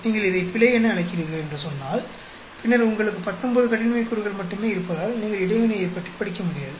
நீங்கள் இதை பிழை என அழைக்கிறீர்கள் என்று சொன்னால் பின்னர் உங்களுக்கு 19 கட்டின்மை கூறுகள் மட்டுமே இருப்பதால் நீங்கள் இடைவினை பற்றி படிக்க முடியாது